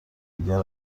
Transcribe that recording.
دیگر